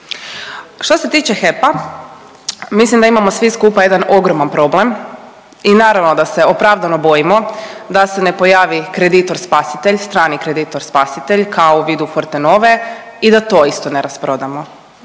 Što se tiče HEP-a mislim da imamo svi skupa jedan ogroman problem i naravno da se opravdano bojimo da se ne pojavi kreditor spasitelj, strani kreditor spasitelj kao u vidu Fortenove i da to isto ne rasprodamo